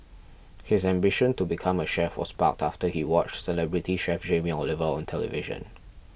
his ambition to become a chef was sparked after he watched celebrity chef Jamie Oliver on television